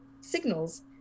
signals